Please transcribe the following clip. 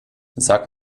sag